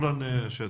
אינה זלצמן,